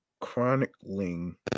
chronicling